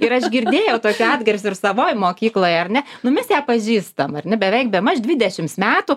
ir aš girdėjau tokių atgarsių ir savoj mokykloj ar ne nu mes ją pažįstam ar ne beveik bemaž dvidešims metų